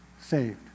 saved